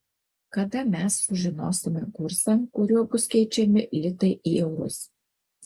kada mes sužinosime kursą kuriuo bus keičiami litai į eurus